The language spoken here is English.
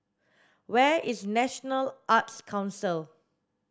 where is National Arts Council